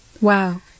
Wow